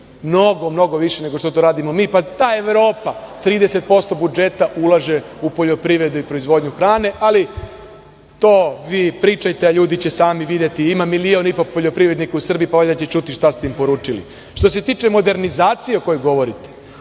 i mnogo više nego što to radimo mi. Pa ta Evropa 30% budžeta ulaže u poljoprivredu i proizvodnju hrane, ali to vi pričajte, a ljudi će sami videti. Ima milion i po poljoprivrednika u Srbiji, pa valjda će čuti šta ste im poručili. Što se tiče modernizacije o kojoj govorite,